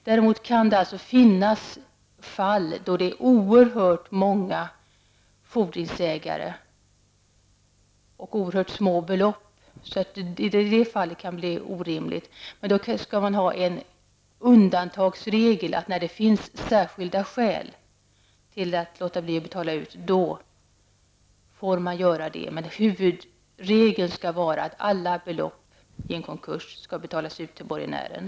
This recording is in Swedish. Däremot kan det alltså finnas fall då det är oerhört många fordringsägare och oerhört små belopp. Då kan det bli orimligt, men det skall finnas en undantagsregel som innebär att man inte behöver göra någon utbetalning, om särskilda skäl föreligger. Men huvudregeln bör vara att alla belopp skall betalas ut till borgenärerna.